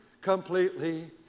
completely